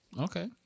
Okay